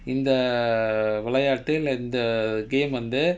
இந்த விளையாட்டு இல்ல இந்த:intha vilayatu illa intha err game வந்து:vanthu